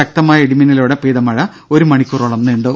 ശക്തമായ ഇടി മിന്നലോടെ പെയ്ത മഴ ഒരു മണിക്കൂറോളം നീണ്ടു